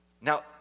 Now